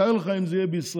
תאר לך אם זה יהיה בישראל?